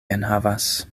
enhavas